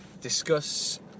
discuss